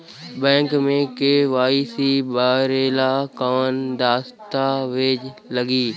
Bank मे KYC भरेला कवन दस्ता वेज लागी?